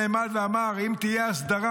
נעמד ואמר: אם תהיה הסדרה,